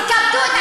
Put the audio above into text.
תשתקו.